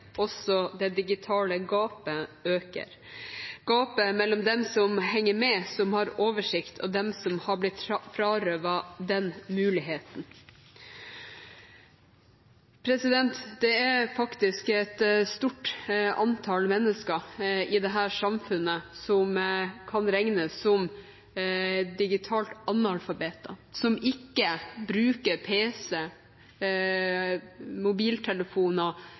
har oversikt, og dem som har blitt frarøvet den muligheten. Det er faktisk et stort antall mennesker i dette samfunnet som kan regnes som digitale analfabeter – som ikke bruker pc,